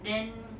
then